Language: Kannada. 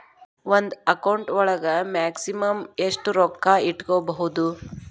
ಒಂದು ಅಕೌಂಟ್ ಒಳಗ ಮ್ಯಾಕ್ಸಿಮಮ್ ಎಷ್ಟು ರೊಕ್ಕ ಇಟ್ಕೋಬಹುದು?